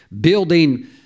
building